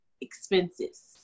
expenses